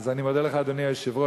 אז אני מודה לך, אדוני היושב-ראש.